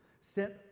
sent